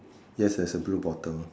yes there's a blue bottle